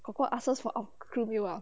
kor kor ask us for our crew meals ah